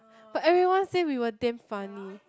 but everyone says we were damn funny